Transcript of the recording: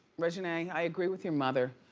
reginae, i agree with your mother.